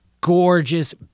Gorgeous